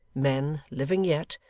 men living yet,